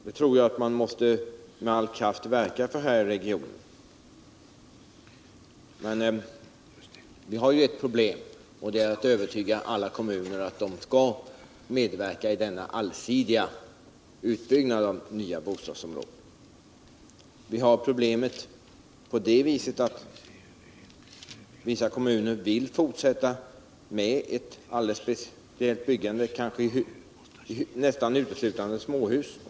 Det tror jag alt man måste med all kraft verka för I den här regionen. Men vi har ett problem, och det är att övertyga alla kommuner att vi skall medverka i denna allsidiga utbyggnad av nyu bostadsområden. Problemet visar sig på det sättet att vissa kommuner vill fortsätta med ett alldeles speciellt byggande — kanske nästan enbart småhus.